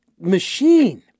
machine